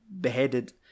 beheaded